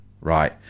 Right